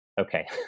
Okay